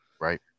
Right